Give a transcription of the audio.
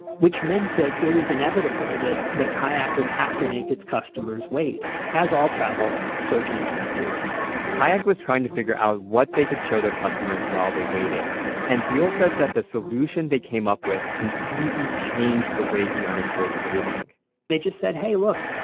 which meant that it was inevitable that that kayak would have to make its customers wait as all travel search engines do kayak was trying to figure out what they could show their customers while they waited and buell says that the solution they came up with completely changed the way he understood waiting they just said, hey look,